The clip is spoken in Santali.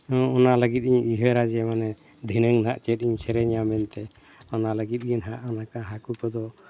ᱚᱱᱟ ᱞᱟᱹᱜᱤᱫ ᱤᱧ ᱩᱭᱦᱟᱹᱨᱟ ᱡᱮ ᱢᱟᱱᱮ ᱫᱷᱤᱱᱟᱹᱝ ᱦᱟᱸᱜ ᱪᱮᱫ ᱤᱧ ᱥᱮᱨᱮᱧᱟ ᱢᱮᱱᱛᱮ ᱚᱱᱟ ᱞᱟᱹᱜᱤᱫ ᱜᱮ ᱦᱟᱸᱜ ᱚᱱᱠᱟ ᱦᱟᱹᱠᱩ ᱠᱚᱫᱚ